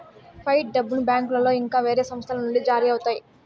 fight డబ్బును బ్యాంకులో ఇంకా వేరే సంస్థల నుండి జారీ అవుతాయి